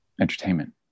entertainment